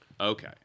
Okay